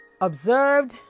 observed